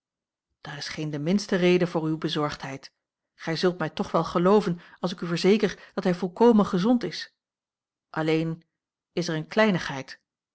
daar is geen de minste reden voor uwe bezorgdheid gij zult mij toch wel gelooven als ik u verzeker dat hij volkomen gezond is alleen is er eene kleinigheid